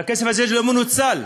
והכסף הזה לא מנוצל.